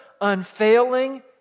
unfailing